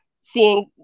seeing